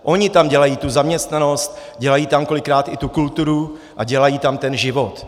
Oni tam dělají tu zaměstnanost, dělají tam kolikrát i tu kulturu a dělají tam ten život.